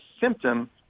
symptom